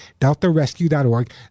DeltaRescue.org